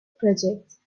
projects